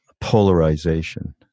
polarization